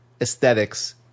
aesthetics